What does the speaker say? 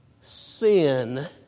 sin